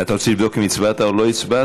אתה רוצה לבדוק אם הצבעת או לא הצבעת?